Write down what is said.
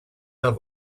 der